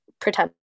pretend